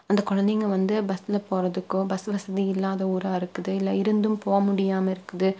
அந்த குழந்தைங்கள் வந்து பஸ்ல போகிறதுக்கும் பஸ் வசதி இல்லாத ஊராக இருக்குது இல்லை இருந்தும் போக முடியாமல் இருக்குது